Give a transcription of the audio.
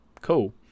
Cool